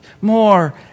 more